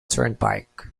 turnpike